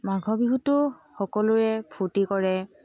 মাঘ বিহুতো সকলোৱে ফূৰ্তি কৰে